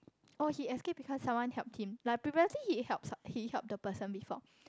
oh he escape because someone help him like previously he help he help the person before